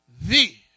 thee